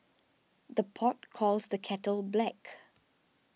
the pot calls the kettle black